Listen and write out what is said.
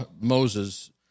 Moses